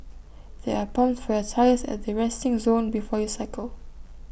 there are pumps for your tyres at the resting zone before you cycle